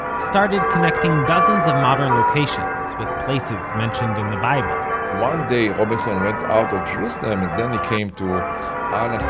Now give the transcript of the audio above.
started connecting dozens of modern locations with places mentioned in the bible one day robinson went out of jerusalem and then he came to anata,